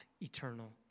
eternal